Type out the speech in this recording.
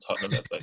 Tottenham